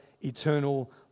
eternal